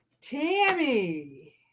Tammy